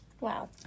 Wow